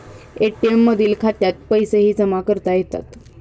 ATM मधील खात्यात पैसेही जमा करता येतात